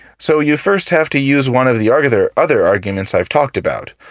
so you first have to use one of the ah other other arguments i've talked about,